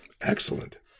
Excellent